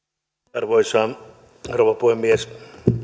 arvoisa rouva puhemies